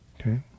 Okay